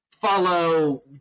follow